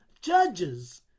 judges